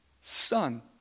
son